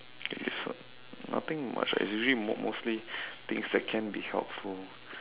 it is [what] nothing much ah it's usually mo~ mostly things that can be helpful